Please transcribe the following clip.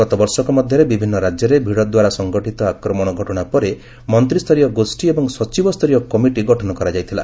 ଗତ ବର୍ଷକ ମଧ୍ୟରେ ବିଭିନ୍ନ ରାଜ୍ୟରେ ଭିଡଦ୍ୱାରା ସଂଗଠିତ ଆକ୍ରମଣ ଘଟଣା ପରେ ମନ୍ତ୍ରୀସ୍ତରୀୟ ଗୋଷୀ ଏବଂ ସଚିବସ୍ତରୀୟ କମିଟି ଗଠନ କରାଯାଇଥିଲା